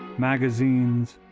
magazines,